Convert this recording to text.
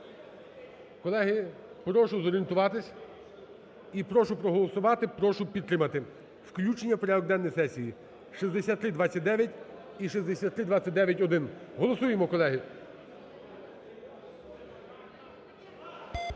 Колеги, прошу зорієнтуватися і прошу проголосувати, прошу підтримати включення в порядок денний сесії 6329 і 6329-1. Голосуємо, колеги.